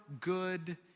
good